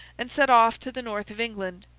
and set off to the north of england,